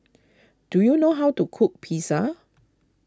do you know how to cook Pizza